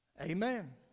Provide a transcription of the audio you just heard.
Amen